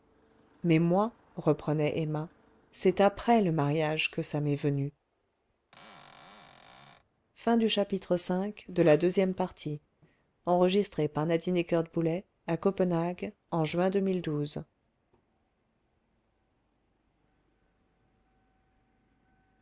mais moi reprenait emma c'est après le mariage que ça m'est venu